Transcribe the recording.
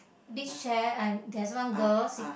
beach chair and there's one girl sit